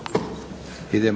Hvala.